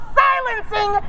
silencing